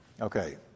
Okay